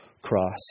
cross